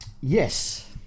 Yes